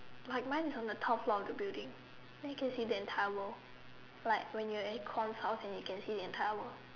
like mine is on the top floor of the building then can see the entire world like when you are in a cons house and you can see the entire world